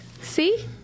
See